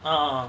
uh